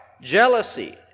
jealousy